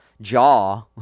jaw